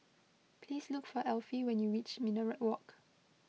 please look for Elfie when you reach Minaret Walk